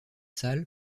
salles